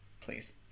please